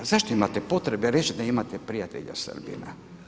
Zašto imate potrebe reći da imate prijatelja Srbina?